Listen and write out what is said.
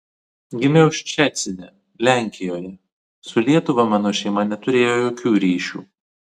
gimiau ščecine lenkijoje su lietuva mano šeima neturėjo jokių ryšių